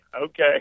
Okay